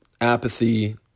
apathy